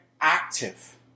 Active